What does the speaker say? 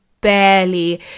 barely